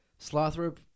Slothrop